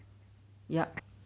yup